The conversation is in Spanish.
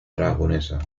aragonesa